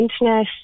Internet